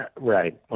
Right